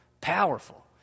powerful